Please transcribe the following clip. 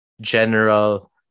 general